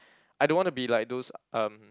I don't want be like those um